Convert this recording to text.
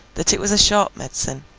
that it was a sharp medicine,